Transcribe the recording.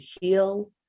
heal